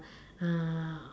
uh